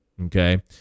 Okay